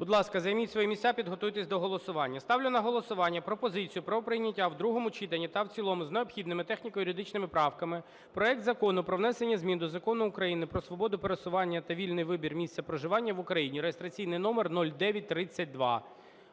Будь ласка, займіть свої місця і підготуйтесь до голосування. Ставлю на голосування пропозицію про прийняття в другому читанні та в цілому з необхідними техніко-юридичними правками проект Закону про внесення змін до Закону України "Про свободу пересування та вільний вибір місця проживання в Україні" (реєстраційний номер 0932).